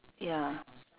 ya